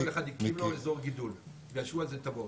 כל אחד הקים לו אזור גידול ואושרו על זה תב"עות.